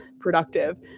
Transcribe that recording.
Productive